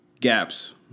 gaps